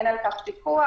שאין על כך פיקוח,